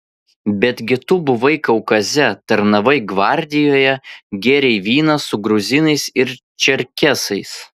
betgi tu buvai kaukaze tarnavai gvardijoje gėrei vyną su gruzinais ir čerkesais